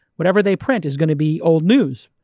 whatever they print is going to be old news,